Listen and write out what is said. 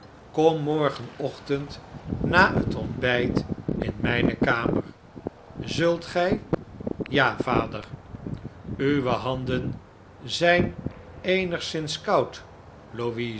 kom morgenochtend na het ontbyt in mijne kamer zult gij ja vader uwe handen zijn eenigszins koud louisa